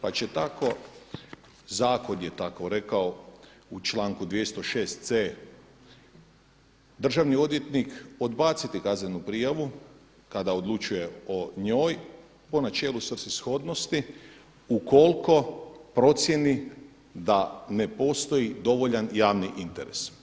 Pa će tako, zakon je tako rekao u članku 206c. državni odvjetnik odbaciti kaznenu prijavu kada odlučuje o njoj po načelu svrsishodnosti ukoliko procijeni da ne postoji dovoljan javni interes.